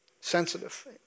sensitive